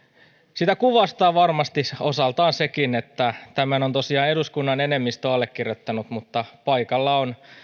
sitä kuvastaa varmasti osaltaan sekin että tämän on tosiaan eduskunnan enemmistö allekirjoittanut mutta paikalla on